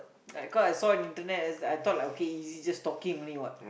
like cause I saw in internet and I taught like okay easy just talking only what